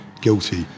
guilty